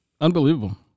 unbelievable